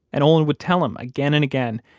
and olin would tell him again and again,